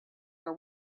are